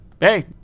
Hey